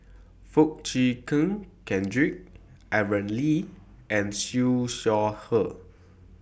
Foo Chee Keng Cedric Aaron Lee and Siew Shaw Her